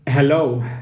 Hello